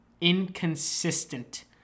Inconsistent